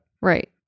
Right